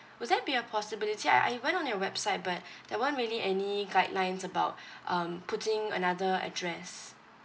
would that be a possibility I I went on your website but there weren't really any guidelines about um putting another address